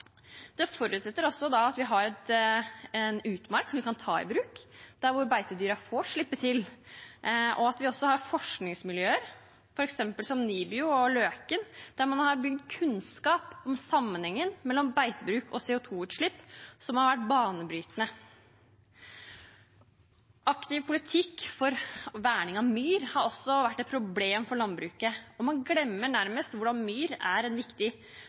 Det forutsetter at vi har en utmark vi kan ta i bruk, der beitedyra får slippe til, og at vi også har forskningsmiljøer, som f.eks. NIBIO Løken, der man har bygd kunnskap om sammenhengen mellom beitebruk og CO 2 -utslipp som har vært banebrytende. Aktiv politikk for verning av myr har også vært et problem for landbruket, og man glemmer nærmest hvordan myr er et viktig